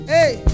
Hey